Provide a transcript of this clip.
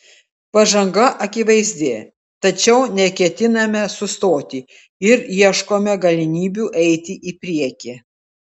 pažanga akivaizdi tačiau neketiname sustoti ir ieškome galimybių eiti į priekį